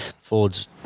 Fords